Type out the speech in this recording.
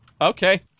Okay